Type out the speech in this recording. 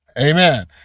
amen